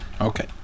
Okay